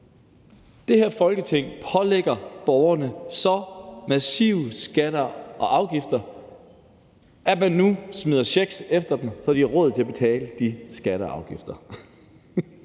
Det her Folketing pålægger danskerne så massive skatter og afgifter, at man nu smider checks efter dem, for at de har råd til at betale de skatter og afgifter.